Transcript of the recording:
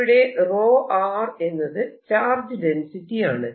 ഇവിടെ എന്നത് charge density ആണ്